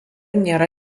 nėra